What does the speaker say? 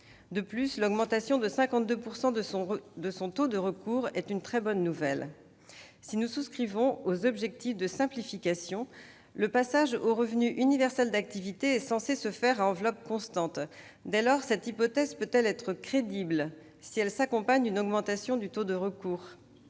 De plus, l'augmentation de 52 % de son taux de recours est une très bonne nouvelle. Si nous souscrivons aux objectifs de simplification, le passage au revenu universel d'activité est censé se faire à enveloppe constante. Dès lors, cette hypothèse peut-elle être crédible, si elle s'accompagne d'une augmentation du taux de recours ?